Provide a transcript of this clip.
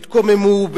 יתקוממו,